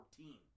14